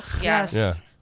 Yes